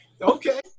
Okay